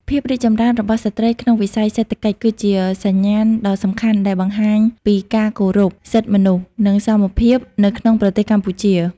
ភាពរីកចម្រើនរបស់ស្ត្រីក្នុងវិស័យសេដ្ឋកិច្ច គឺជាសញ្ញាណដ៏សំខាន់ដែលបង្ហាញពីការគោរពសិទ្ធិមនុស្ស និងសមភាពនៅក្នុងប្រទេសកម្ពុជា។